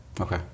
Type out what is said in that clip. okay